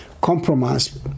compromise